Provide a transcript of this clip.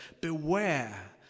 beware